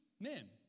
men